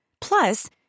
Plus